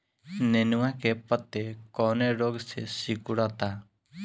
नेनुआ के पत्ते कौने रोग से सिकुड़ता?